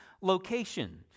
location